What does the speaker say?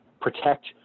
protect